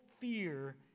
fear